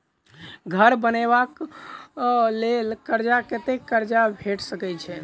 घर बनबे कऽ लेल कर्जा कत्ते कर्जा भेट सकय छई?